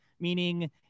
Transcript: Meaning